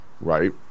right